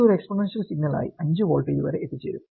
ഇത് ഒരു exponential signal ആയി 5 വോൾട്ട് വരെ എത്തിച്ചേരും